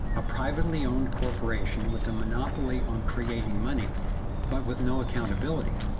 a privately-owned corporation with a monopoly on creating money but with no accountability,